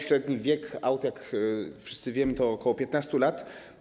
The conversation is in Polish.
Średni wiek aut, jak wszyscy wiemy, to ok. 15 lat.